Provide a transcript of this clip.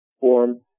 form